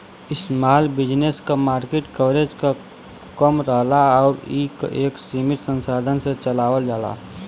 small business क market coverage कम रहला आउर इ एक सीमित संसाधन से चलावल जाला